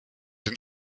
den